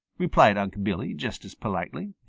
replied unc' billy just as politely.